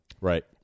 Right